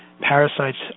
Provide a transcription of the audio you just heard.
parasites